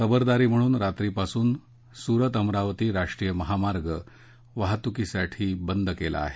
खबरदारी म्हणून रात्रीपासून सूरत अमरावती राष्ट्रीय महामार्ग वाहतुकीसाठी बंद केला आहे